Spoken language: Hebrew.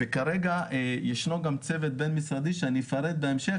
כרגע יש צוות בין-משרדי שאפרט בהמשך,